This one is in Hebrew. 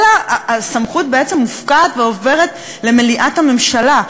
אלא הסמכות בעצם מופקעת ועוברת למליאת הממשלה.